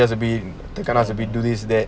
like bully us something de gun us this and that